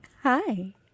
Hi